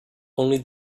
only